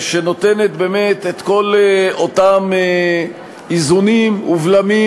שנותנת באמת את כל אותם איזונים ובלמים